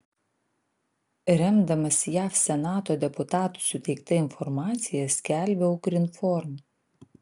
remdamasi jav senato deputatų suteikta informacija skelbia ukrinform